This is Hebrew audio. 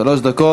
שלוש דקות.